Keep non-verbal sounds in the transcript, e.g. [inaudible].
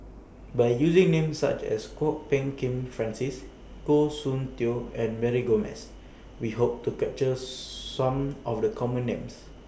By using Names such as Kwok Peng Kin Francis Goh Soon Tioe and Mary Gomes We Hope to capture [noise] Some of The Common Names